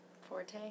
Forte